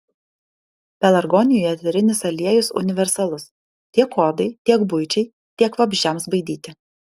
pelargonijų eterinis aliejus universalus tiek odai tiek buičiai tiek vabzdžiams baidyti